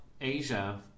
Asia